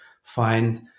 find